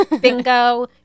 bingo